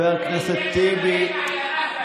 כאילו לא נרצחו נשים ערביות.